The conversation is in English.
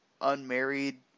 unmarried